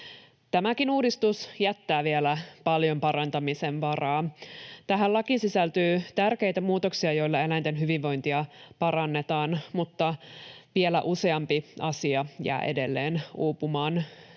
Tämäkin uudistus jättää vielä paljon parantamisen varaa. Tähän lakiin sisältyy tärkeitä muutoksia, joilla eläinten hyvinvointia parannetaan, mutta vielä useampi asia jää edelleen uupumaan.